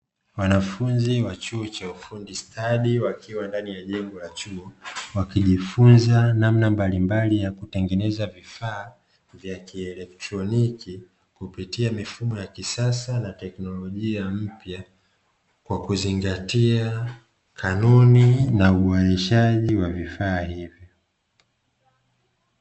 Wanafunzi wa chuo cha ufundi stadi wakiwa ndani ya jengo la chuo, wakijifunza namna mbalimbali ya kutengeneza vifaa vya kielektroniki kupitia mfumo wa kisasa na teknolojia mpya kwa kuzingatia kanuni na uendeshaji wa vifaa hivyo.